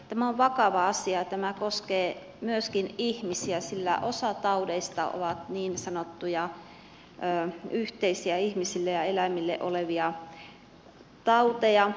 tämä on vakava asia ja tämä koskee myöskin ihmisiä sillä osa taudeista on niin sanottuja yhteisiä ihmisillä ja eläimillä olevia tauteja